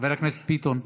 חבר הכנסת ביטון,